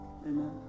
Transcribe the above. Amen